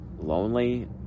lonely